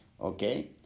Okay